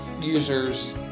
users